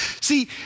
See